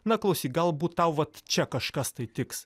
na klausyk galbūt tau vat čia kažkas tai tiks